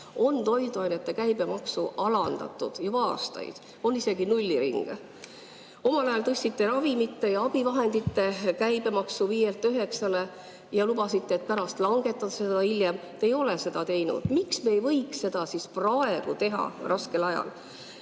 on toiduainete käibemaksu alandatud juba aastaid, on isegi nulliringe. Omal ajal te tõstsite ravimite ja abivahendite käibemaksu 5%‑lt 9%‑le ja lubasite, et pärast langetate seda. Te ei ole seda teinud. Miks te ei võiks seda siis praegu, raskel ajal